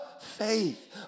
faith